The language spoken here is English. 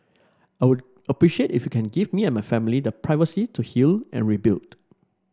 I would appreciate if you can give me and my family the privacy to heal and rebuild